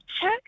Check